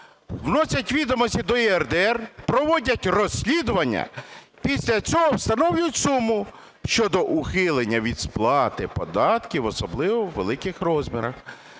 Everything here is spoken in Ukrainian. вносять відомості до ЄРДР, проводять розслідування, після цього встановлюють суму щодо ухилення від сплати податків в особливо великих розмірах.